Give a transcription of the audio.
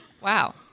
Wow